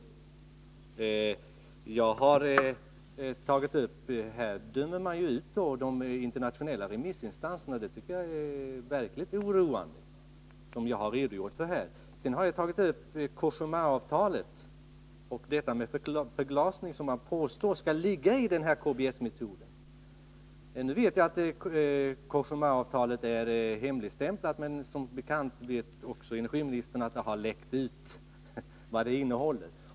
Så som jag här har redogjort för dömer man ut de internationella remissinstanserna, och det tycker jag är verkligt oroande. Sedan har jag tagit upp Cogémaavtalet och påståendet att KBS-metoden skall innebära förglasning av avfallet. Nu vet jag att Cogémaavtalet är hemligstämplat, men energiministern vet också att det har läckt ut vad avtalet innehåller.